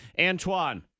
Antoine